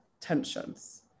tensions